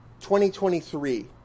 2023